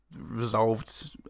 resolved